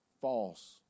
false